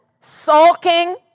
sulking